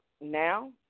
now